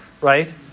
right